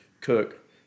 Cook